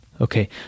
Okay